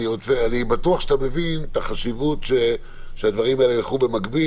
אני בטוח שאתה מבין את החשיבות שהדברים האלה ילכו במקביל